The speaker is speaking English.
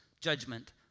judgment